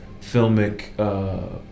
filmic